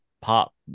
pop